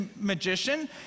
magician